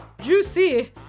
juicy